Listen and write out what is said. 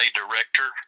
director